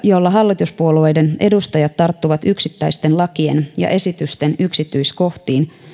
jolla hallituspuolueiden edustajat tarttuvat yksittäisten lakien ja esitysten yksityiskohtiin